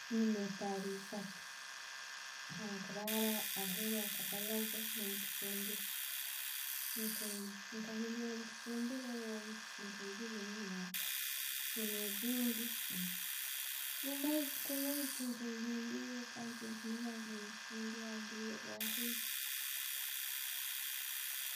Nina ettara esaatu, harunkurara, aheeru akabalaaza no'muchumbiro. Nkahindura omukichumbiro weeks nka'ebiiri enjumaho ne zindi nyomeezi kuruungi, tinkazihidwiire kandi tinkuniira kuzihundura omubwire bwahahi.